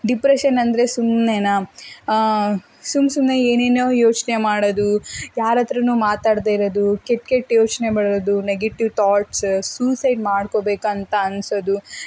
ಡಿಪ್ರೆಶನಂದರೆ ಸುಮ್ನೆನಾ ಸುಮ್ಮ ಸುಮ್ಮನೆ ಏನೇನೋ ಯೋಚನೆ ಮಾಡೋದು ಯಾರತ್ರನೂ ಮಾತಾಡದೆ ಇರೊದು ಕೆಟ್ಕೆಟ್ಟ ಯೋಚನೆ ಬರೋದು ನೆಗೆಟಿವ್ ತಾಟ್ಸ್ ಸೂಸೈಡ್ ಮಾಡ್ಕೋಬೇಕು ಅಂತ ಅನ್ಸೋದು